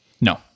no